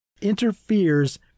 interferes